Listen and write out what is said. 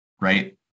right